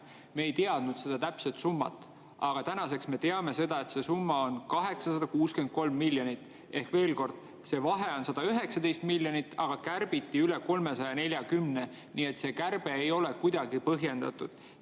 Me ei teadnud täpset summat, aga tänaseks me teame seda, et see summa oli 863 miljonit. Ehk veel kord: vahe on 119 miljonit, aga kärbiti üle 340. Nii et see kärbe ei ole kuidagi põhjendatud. Teine,